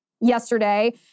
yesterday